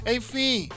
Enfim